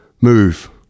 Move